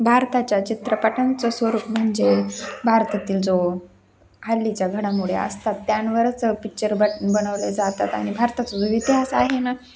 भारताच्या चित्रपटांचं स्वरूप म्हणजे भारतातील जो हल्लीच्या घडामोडी असतात त्यांवरच पि्चर बट बनवले जातात आणि भारताचा जो इतिहास आहे ना